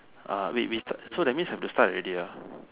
uh wait we start so that means have to start already ah